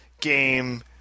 game